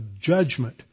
judgment